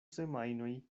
semajnoj